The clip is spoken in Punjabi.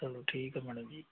ਚਲੋ ਠੀਕ ਆ ਮੈਡਮ ਜੀ